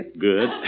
Good